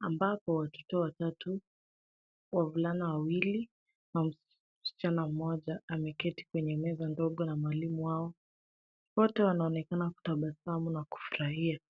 ambapo watoto watatu, wavulana wawili na msichana mmoja ameketi kwenye meza ndogo na mwalimu wao, wote wanaonekana kutabasamu na kufurahia